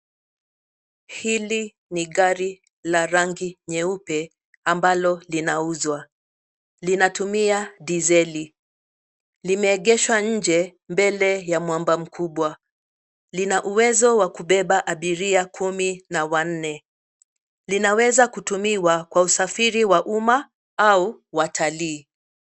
Hili ni gari la rangi nyeupe ambalo linauzwa. Linatumia dizeli. Limeegeshwa nje mbele ya mwamba mkubwa. Lina uwezo wa kubeba abiria kumi na wanne. Linaweza kutumiwa kwa usafiri wa umma au watalii.